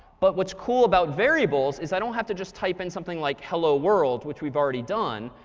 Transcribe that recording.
but what's cool about variables is i don't have to just type in something like hello world, which we've already done,